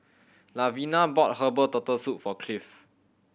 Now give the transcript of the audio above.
Lavina bought herbal Turtle Soup for Cliff